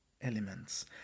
elements